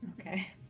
okay